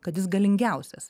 kad jis galingiausias